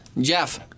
Jeff